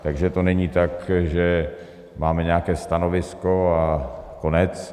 Takže to není tak, že máme nějaké stanovisko, a konec.